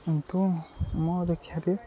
ତ ମୋ ଦେଖିବାରେ